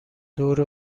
دور